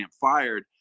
fired